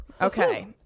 okay